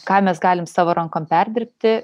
ką mes galim savo rankom perdirbti